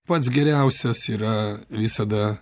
pats geriausias yra visada